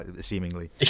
seemingly